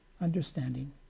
understanding